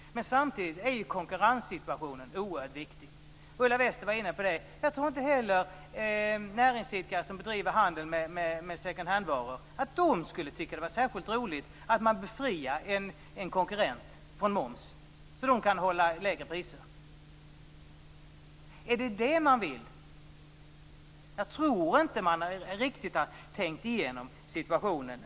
Samtidigt är konkurrenssituationen oerhört viktig. Ulla Wester var också inne på den frågan. Jag tror inte heller att näringsidkare som driver handel med second hand-varor skulle tycka att det var särskilt roligt att en konkurrent befrias från moms så att konkurrenten kan hålla lägre priser. Är det det man vill? Jag tror inte att man har tänkt igenom situationen.